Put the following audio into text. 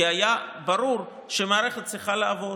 כי היה ברור שהמערכת צריכה לעבוד.